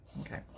Okay